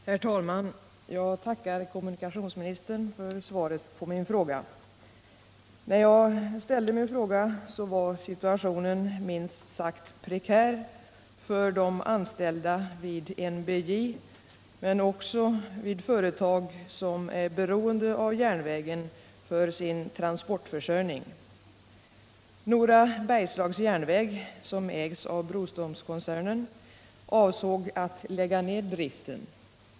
Herr talman! Jag tackar kommunikationsministern för svaret på min fråga. När jag ställde denna var situationen minst sagt prekär för de anställda vid NBJ men också vid företag som är beroende av järnvägen för sin transportförsörjning. Nora Bergslags Järnväg, som ägs av Broströmskoncernen, avsåg att lägga ned driften.